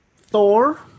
Thor